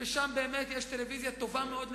ששם באמת יש טלוויזיה טובה מאוד,